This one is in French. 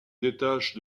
détache